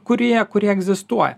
kurie kurie egzistuoja